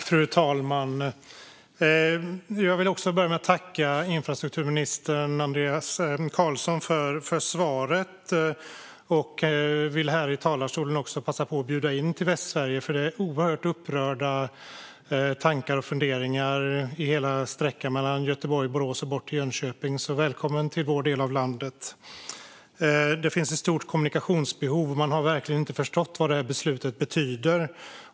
Fru talman! Jag vill börja med att tacka infrastrukturminister Andreas Carlson för svaret. Jag vill här i talarstolen också passa på att bjuda in till Västsverige, för det är oerhört upprörda tankar och funderingar längs hela sträckan mellan Göteborg och Borås och bort till Jönköping. Så välkommen till vår del av landet! Det finns ett stort kommunikationsbehov, för man har verkligen inte förstått vad beslutet betyder.